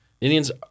Indians